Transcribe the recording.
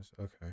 Okay